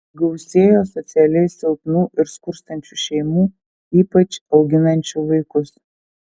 gausėjo socialiai silpnų ir skurstančių šeimų ypač auginančių vaikus